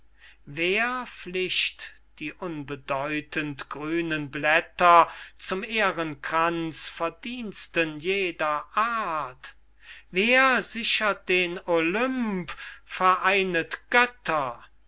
wer flicht die unbedeutend grünen blätter zum ehrenkranz verdiensten jeder art wer sichert den olymp vereinet götter